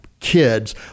kids